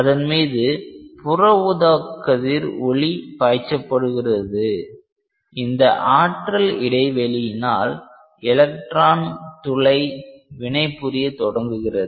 அதன் மீது புற ஊதாக் கதிர் ஒளி பாய்ச்சப்படுகிறது இந்த ஆற்றல் இடைவெளியினால் எலக்ட்ரான் துளை வினை புரிய தொடங்குகிறது